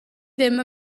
ddim